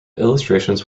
illustrations